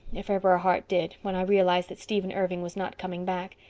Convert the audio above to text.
if ever a heart did, when i realized that stephen irving was not coming back.